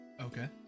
Okay